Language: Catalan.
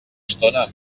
estona